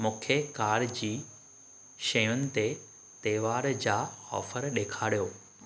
मूंखे कार जी शयुनि ते तहिवारु जा ऑफ़र ॾेखारियो